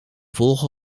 volgen